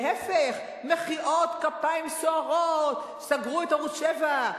להיפך, מחיאות כפיים סוערות, סגרו את ערוץ-7.